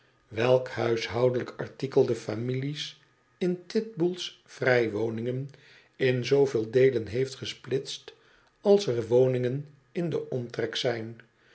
welk huishoudelijk artikel de families in titbull's vrij woningen in zooveel deelen heeft gesplitst als er woningen in den omtrek zijn